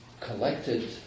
collected